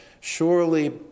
surely